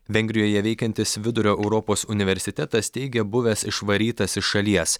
vengrijoje veikiantis vidurio europos universitetas teigia buvęs išvarytas iš šalies